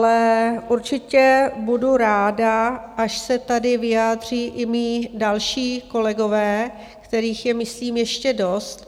Ale určitě budu ráda, až se tady vyjádří i mí další kolegové, kterých je myslím ještě dost.